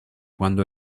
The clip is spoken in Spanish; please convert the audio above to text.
cuando